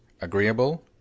Agreeable